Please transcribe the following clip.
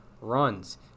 Runs